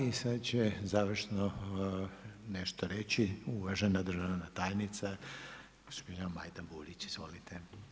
I sad će završno nešto reći uvažena državna tajnica gospođa Majda Burić, izvolite.